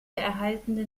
erhaltene